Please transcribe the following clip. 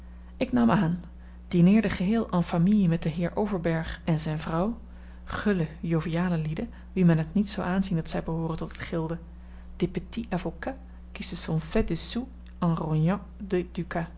ik nam aan dineerde geheel en famille met den heer overberg en zijne vrouw gulle joviale lieden wie men het niet zou aanzien dat zij behooren tot het gilde de petits